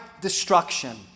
destruction